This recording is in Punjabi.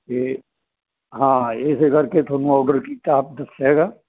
ਅਤੇ ਹਾਂ ਇਸ ਕਰਕੇ ਤੁਹਾਨੂੰ ਆਰਡਰ ਕੀਤਾ ਆਪ ਦੱਸਿਆ ਹੈਗਾ